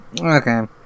Okay